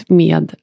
med